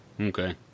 Okay